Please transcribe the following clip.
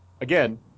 Again